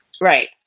right